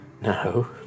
No